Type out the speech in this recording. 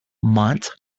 month